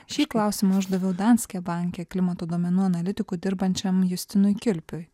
šį klausimą uždaviau danske banke klimato duomenų analitiku dirbančiam justinui kilpiui